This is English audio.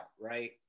right